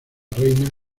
reina